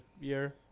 year